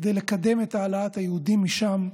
כדי לקדם את העלאת היהודים משם,